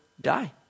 die